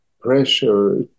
pressure